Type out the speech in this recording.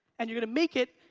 and you're gonna make it,